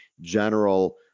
general